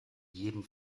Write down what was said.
jedem